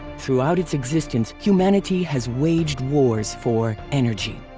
throughout its existence, humanity has waged wars for. energy.